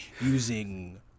using